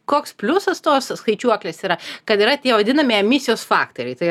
koks pliusas tos skaičiuoklės yra kad yra tie vadinami emisijos faktoriai tai